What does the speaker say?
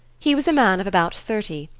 he was a man of about thirty,